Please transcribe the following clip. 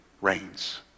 reigns